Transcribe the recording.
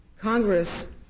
Congress